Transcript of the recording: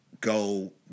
go